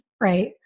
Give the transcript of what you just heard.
Right